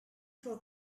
for